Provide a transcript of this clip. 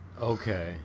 okay